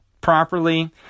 properly